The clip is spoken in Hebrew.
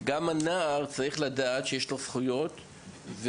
כך גם הנער צריך לדעת שיש לו זכויות ושהוא